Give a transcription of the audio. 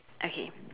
okay